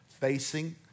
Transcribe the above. facing